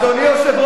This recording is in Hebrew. אתם מתרגשים יותר